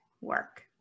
work